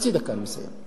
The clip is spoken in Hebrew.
חצי דקה ואני מסיים.